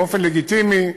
באופן לגיטימי,